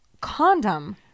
condom